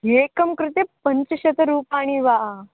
एकं कृते पञ्चशतरूप्यकाणि वा